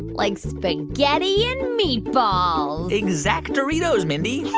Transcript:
like spaghetti and meatballs exacdoritos, mindy hey,